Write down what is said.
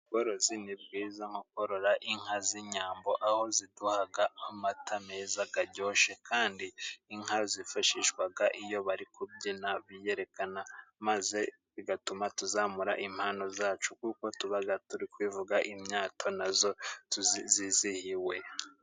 Ubworozi ni bwiza, mu korora inka z'inyambo aho ziduha amata meza aryoshye, kandi inka zifashishwa iyo bari kubyina biyerekana maze bigatuma tuzamura impano zacu kuko tuba turi kwivuga imyato na zo zizihiwe.